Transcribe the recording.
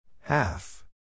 Half